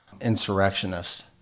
insurrectionists